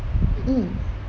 mm